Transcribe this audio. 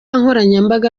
nkoranyambaga